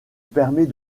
permet